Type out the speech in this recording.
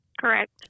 Correct